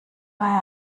war